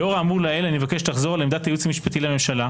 לא יעזור לך,